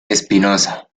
espinosa